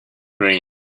green